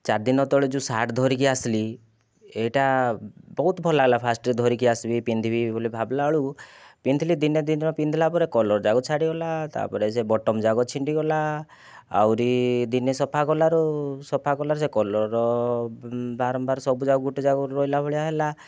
ଚାରିଦିନ ତଳେ ଯେଉଁ ସାର୍ଟ ଧରିକି ଆସିଲି ଏଇଟା ବହୁତ ଭଲ ଲାଗିଲା ଫାଷ୍ଟରେ ଧରିକି ଆସିବି ପିନ୍ଧିବି ବୋଲି ଭାବିଲାବେଳକୁ ପିନ୍ଧିଥିଲି ଦିନେ ଦୁଇ ଦିନ ପିନ୍ଧିଲାପରେ କଲର ଯାକ ଛାଡ଼ିଗଲା ତାପରେ ସେ ବଟନ ଯାକ ଛିଣ୍ଡିଗଲା ଆହୁରି ଦିନେ ସଫା କଲାରୁ ସଫା କଲାରୁ ସେ କଲର ବାରମ୍ବାର ସବୁଯାକ ଗୋଟେିଏ ଜାଗାରୁ ରହିଲା ଭଳିଆ ହେଲା